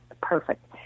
Perfect